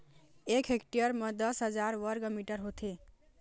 एक हेक्टेयर म दस हजार वर्ग मीटर होथे